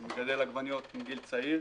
אני מגדל עגבניות מגיל צעיר.